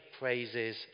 praises